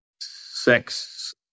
sex